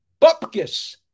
bupkis